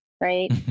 right